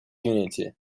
unity